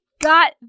got